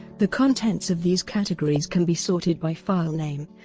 the contents of these categories can be sorted by file name,